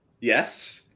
yes